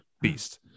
beast